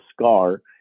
scar